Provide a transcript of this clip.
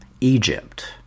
Egypt